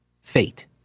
fate